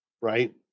right